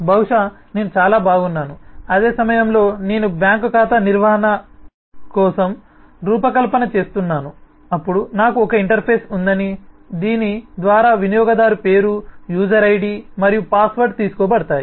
బహుశా నేను చాలా బాగున్నాను అదే సమయంలో నేను బ్యాంక్ ఖాతా నిర్వహణ కోసం రూపకల్పన చేస్తున్నాను అప్పుడు నాకు ఒక ఇంటర్ఫేస్ ఉందని దీని ద్వారా వినియోగదారు పేరు యూజర్ ఐడి మరియు పాస్వర్డ్ తీసుకోబడతాయి